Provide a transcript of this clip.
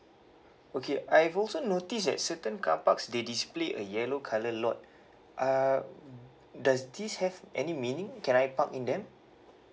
okay I've also noticed that certain carparks they display a yellow colour lot uh does this have any meaning can I park in them